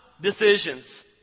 decisions